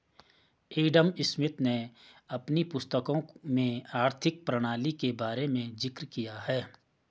Adam Smith ने अपनी पुस्तकों में आर्थिक प्रणाली के बारे में जिक्र किया है